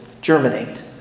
germinate